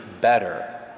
better